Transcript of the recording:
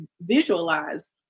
visualize